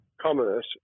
commerce